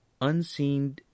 unseen